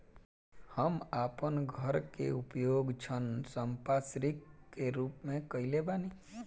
हम आपन घर के उपयोग ऋण संपार्श्विक के रूप में कइले बानी